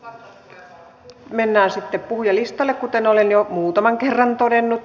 nyt mennään sitten puhujalistalle kuten olen jo muutaman kerran todennut